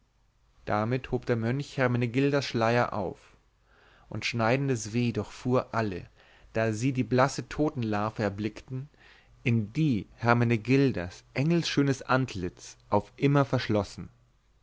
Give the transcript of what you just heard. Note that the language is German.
damit hob der mönch hermenegildas schleier auf und schneidendes weh durchfuhr alle da sie die blasse totenlarve erblickten in die hermenegildas engelschönes antlitz auf immer verschlossen